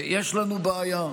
יש לנו בעיה.